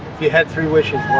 you had three wishes